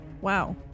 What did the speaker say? wow